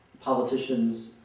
politicians